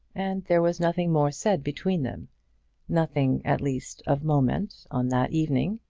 and there was nothing more said between them nothing, at least, of moment, on that evening.